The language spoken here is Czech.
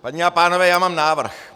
Paní a pánové, já mám návrh.